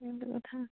সেইটো কথা